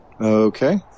Okay